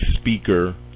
speaker